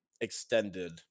extended